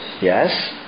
Yes